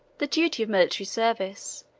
the duty of military service,